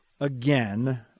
again